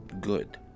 Good